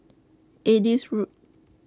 Adis Road